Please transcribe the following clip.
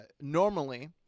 normally